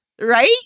Right